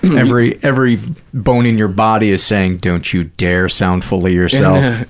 every every bone in your body is saying don't you dare sound full of yourself!